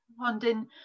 London